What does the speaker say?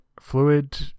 fluid